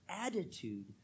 attitude